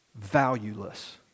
Valueless